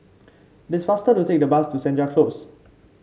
it is faster to take the bus to Senja Close